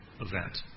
event